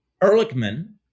Ehrlichman